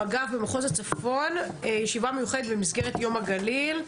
מג"ב ומחוז הצפון ישיבה מיוחדת במסגרת יום הגליל.